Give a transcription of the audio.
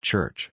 Church